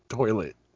toilet